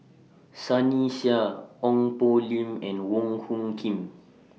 Sunny Sia Ong Poh Lim and Wong Hung Khim